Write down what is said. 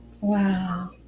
Wow